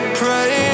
pray